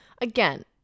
again